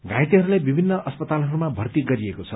घाइतेहरूलाई विभिन्न अपस्तालहरूमा भर्ती गरिएको छ